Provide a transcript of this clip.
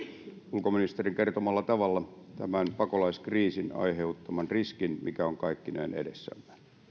ulkoministerin kertomalla tavalla tämän pakolaiskriisin aiheuttaman riskin mikä on kaikkinensa edessämme